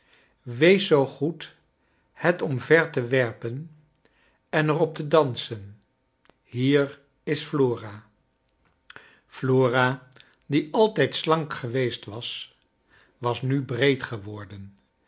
wees zoo goed het omver te werpen en er op te dansen hier is flora flora die altijd slank geweest was was nu breed ge